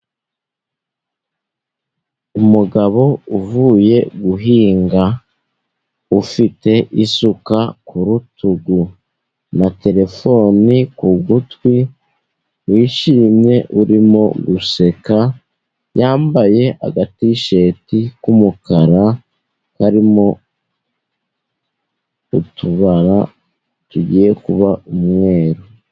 Umugabo uvuye guhinga, ufite isuka ku rutugu, na terefone ku gutwi wishimye urimo guseka. Yambaye agatisheti k'umukara karimo utubara tugiye kuba umweru.